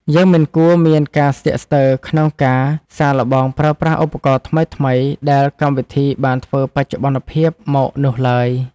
យើងមិនគួរមានការស្ទាក់ស្ទើរក្នុងការសាកល្បងប្រើប្រាស់ឧបករណ៍ថ្មីៗដែលកម្មវិធីបានធ្វើបច្ចុប្បន្នភាពមកនោះឡើយ។